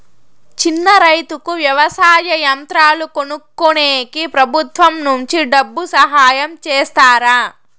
చిన్న రైతుకు వ్యవసాయ యంత్రాలు కొనుక్కునేకి ప్రభుత్వం నుంచి డబ్బు సహాయం చేస్తారా?